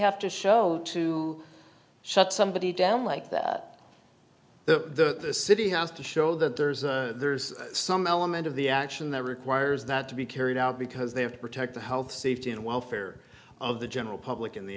have to show to shut somebody down like that the city has to show that there's there's some element of the action that requires that to be carried out because they have to protect the health safety and welfare of the general public in the